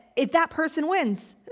if that person wins,